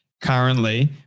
currently